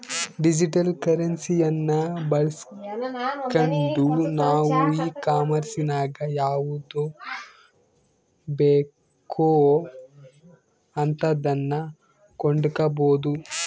digital ಕರೆನ್ಸಿಯನ್ನ ಬಳಸ್ಗಂಡು ನಾವು ಈ ಕಾಂಮೆರ್ಸಿನಗ ಯಾವುದು ಬೇಕೋ ಅಂತದನ್ನ ಕೊಂಡಕಬೊದು